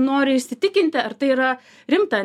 nori įsitikinti ar tai yra rimta